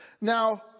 Now